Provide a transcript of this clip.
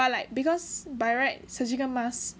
but like because by right surgical masks